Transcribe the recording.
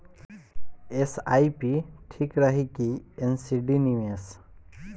SIP ठीक रही कि एन.सी.डी निवेश?